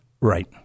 Right